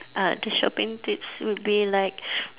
ah the shopping tips would be like